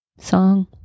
song